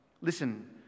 Listen